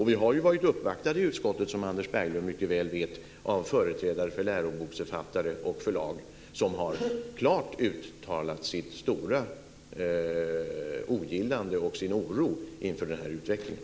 Vi har ju varit uppvaktade i utskottet, som Anders Berglöv mycket väl vet, av företrädare för läroboksförfattare och förlag som klart har uttalat sitt stora ogillande och sin oro inför den här utvecklingen.